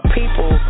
people